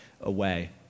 away